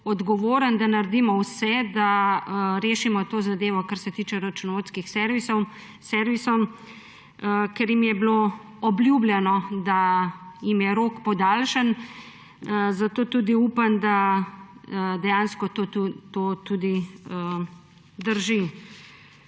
odgovoren, da naredimo vse, da rešimo to zadevo, kar se tiče računovodskih servisov, ker jim je bilo obljubljeno, da jim je rok podaljšan. Zato tudi upam, da dejansko to tudi drži.